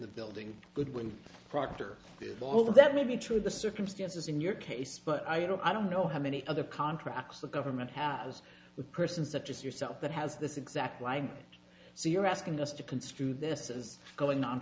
the building goodwin proctor did over that may be true the circumstances in your case but i don't i don't know how many other contracts the government has with persons such as yourself that has this exact language so you're asking us to construe this as going on